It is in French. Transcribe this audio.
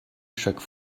chaque